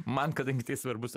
man kadangi tai svarbus